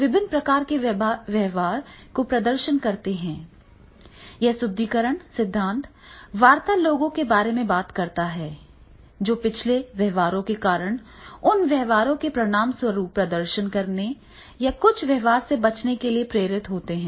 लोग विभिन्न प्रकार के व्यवहार का प्रदर्शन करते हैं यह सुदृढीकरण सिद्धांत वार्ता लोगों के बारे में बात करती है जो पिछले व्यवहारों के कारण उन व्यवहारों के परिणामस्वरूप प्रदर्शन करने या कुछ व्यवहार से बचने के लिए प्रेरित होते हैं